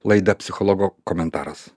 laida psichologo komentaras